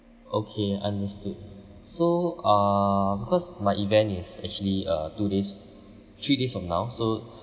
okay understood so uh because my event is actually uh two days three days from now so